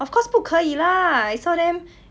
of course 不可以啦 is so damn